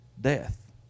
death